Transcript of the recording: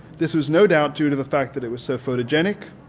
this was no doubt due to the fact that it was so photogenic.